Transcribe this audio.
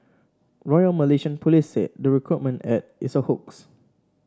royal Malaysian Police said the recruitment ad is a hoax